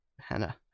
Hannah